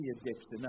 addiction